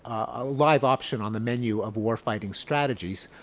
a live option on the menu of war fighting strategies.